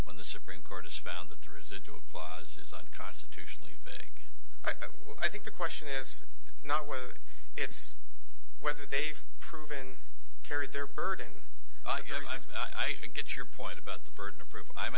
when the supreme court has found that the residual clause is unconstitutionally vague i think the question is not whether it's whether they've proven carry their burden to get your point about the burden of proof i'm